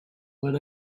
when